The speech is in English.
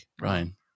ryan